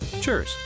Cheers